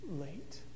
late